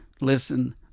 listen